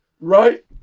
right